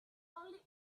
only